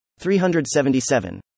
377